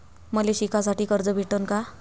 मले शिकासाठी कर्ज भेटन का?